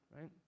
right